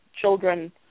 children